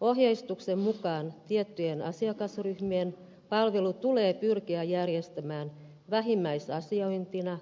ohjeistuksen mukaan tiettyjen asiakasryhmien palvelu tulee pyrkiä järjestämään vähimmäisasiointina